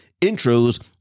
intros